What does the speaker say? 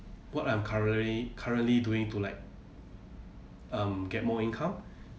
what I'm currently currently doing to like um get more income